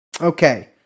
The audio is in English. Okay